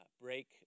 break